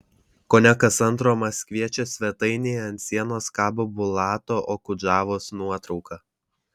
kone kas antro maskviečio svetainėje ant sienos kabo bulato okudžavos nuotrauka